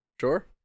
Sure